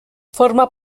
forma